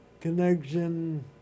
connection